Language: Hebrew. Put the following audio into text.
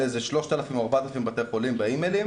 לאיזה 3,000 או 4,000 בתי חולים באימיילים